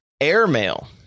Airmail